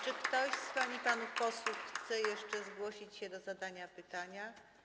Czy ktoś z pań i panów posłów chce jeszcze zgłosić się do zadania pytania?